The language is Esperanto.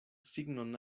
signon